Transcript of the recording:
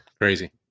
Crazy